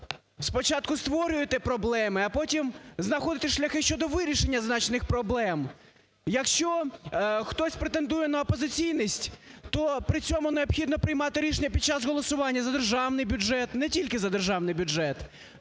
спочатку створюєте проблеми, а потім знаходите шляхи щодо вирішення значних проблем. Якщо хтось претендує на опозиційність, то при цьому необхідно приймати рішення під час голосування за державний бюджет, не тільки за державний бюджет,